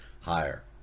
higher